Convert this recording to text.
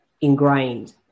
ingrained